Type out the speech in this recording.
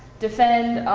defend, and